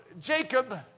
Jacob